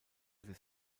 des